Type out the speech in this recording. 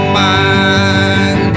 mind